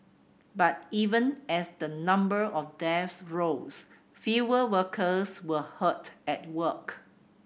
but even as the number of deaths rose fewer workers were hurt at work